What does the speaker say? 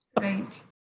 right